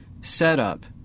setup